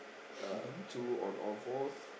uh two on all fours